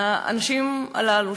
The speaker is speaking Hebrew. האנשים הללו,